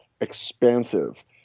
expansive